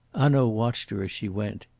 hanaud watched her as she went.